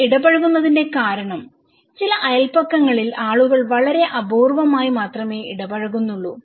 ആളുകൾ ഇടപഴകുന്നതിന്റെ കാരണം ചില അയൽപക്കങ്ങളിൽ ആളുകൾ വളരെ അപൂർവ്വമായി മാത്രമേ ഇടപഴകുന്നുള്ളൂ